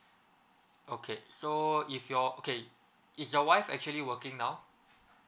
okay so if you're okay is your wife actually working now